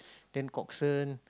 then